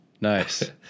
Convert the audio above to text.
Nice